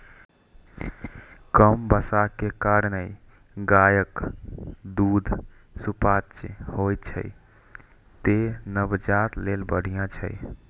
कम बसा के कारणें गायक दूध सुपाच्य होइ छै, तें नवजात लेल बढ़िया छै